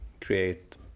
create